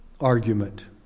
argument